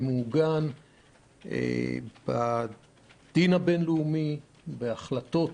שמעוגן בדין הבין-לאומי ובהחלטות.